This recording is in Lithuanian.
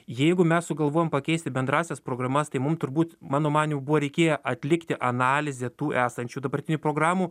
jeigu mes sugalvojom pakeisti bendrąsias programas tai mum turbūt mano manymu buvo reikėję atlikti analizę tų esančių dabartinių programų